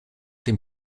dem